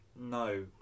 No